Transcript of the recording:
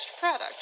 product